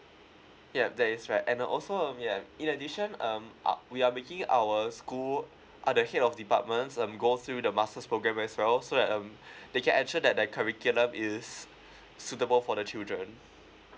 ya that is right and also um yeah in addition um uh we are making our school uh the head of departments um go through the master's programme as well so that um they can ensure that their curriculum is suitable for the children